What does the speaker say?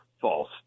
false